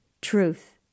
truth